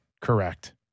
correct